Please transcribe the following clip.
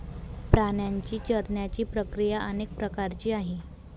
प्राण्यांची चरण्याची प्रक्रिया अनेक प्रकारची आहे